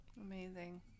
Amazing